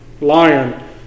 lion